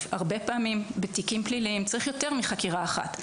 הרבה פעמים בתיקים פליליים צריך יותר מחקירה אחת.